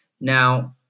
Now